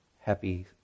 happy